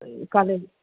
college